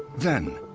then,